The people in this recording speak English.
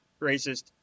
racist